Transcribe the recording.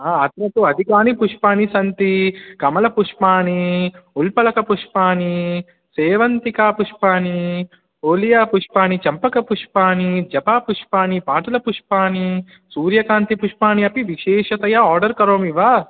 अत्र तु अधिकानि पुष्पाणि सन्ति कमलपुष्पाणि उल्पलकपुष्पाणि सेवन्तिकापुष्पाणि ओलियापुष्पाणि चम्पकपुष्पाणि जपापुष्पाणि पाटलपुष्पाणि सूर्यकान्तिपुष्पाणि अपि विशेषतया आर्डर् करोमि वा